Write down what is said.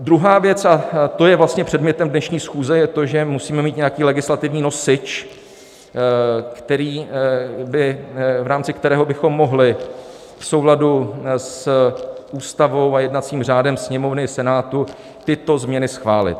Druhá věc, a to je vlastně předmětem dnešní schůze, je to, že musíme mít nějaký legislativní nosič, v rámci kterého bychom mohli v souladu s Ústavou a jednacím řádem Sněmovny i Senátu tyto změny schválit.